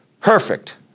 Perfect